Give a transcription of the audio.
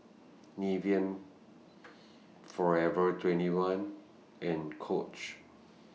Nivea Forever twenty one and Coach